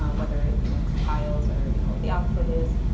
ah whether it you know compiles or you know what the output is.